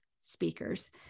speakers